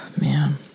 Man